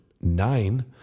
nine